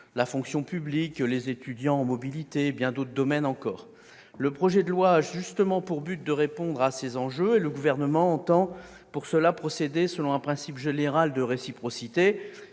la fonction publique, les étudiants en mobilité, et bien d'autres domaines encore. Le projet de loi a justement pour objet de répondre à ces enjeux, et le Gouvernement entend pour cela procéder selon un principe général de réciprocité.